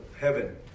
heaven